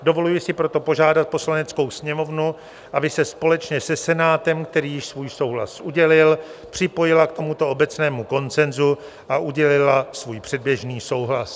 Dovoluji si proto požádat Poslaneckou sněmovnu, aby se společně se Senátem, který již svůj souhlas udělil, připojila k tomuto obecnému konsenzu a udělila svůj předběžný souhlas.